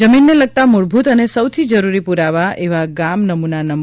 જમીનને લગતા મૂળભૂત અને સૌથી જરૂરી પુરાવા એવા ગામ નમૂના નં